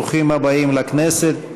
ברוכים הבאים לכנסת.